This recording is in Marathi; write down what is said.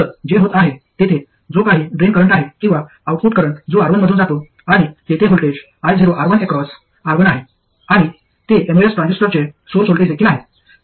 तर जे होत आहे तेथे जो काही ड्रेन करंट आहे किंवा आउटपुट करंट जो R1 मधून जातो आणि तेथे व्होल्टेज ioR1 अक्रॉस R1 आहे आणि ते एमओएस ट्रान्झिस्टरचे सोर्स व्होल्टेज देखील आहे